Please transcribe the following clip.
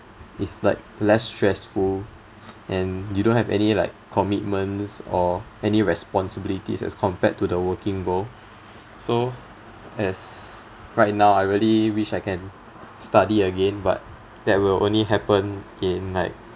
it's like less stressful and you don't have any like commitments or any responsibilities as compared to the working world so as right now I really wish I can study again but that will only happen in like